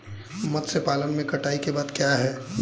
मत्स्य पालन में कटाई के बाद क्या है?